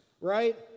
Right